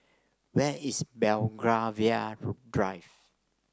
where is Belgravia Drive